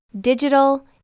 digital